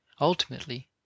ultimately